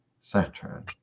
saturn